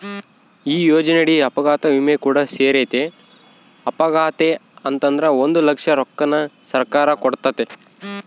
ಈ ಯೋಜನೆಯಡಿ ಅಪಘಾತ ವಿಮೆ ಕೂಡ ಸೇರೆತೆ, ಅಪಘಾತೆ ಆತಂದ್ರ ಒಂದು ಲಕ್ಷ ರೊಕ್ಕನ ಸರ್ಕಾರ ಕೊಡ್ತತೆ